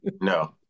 No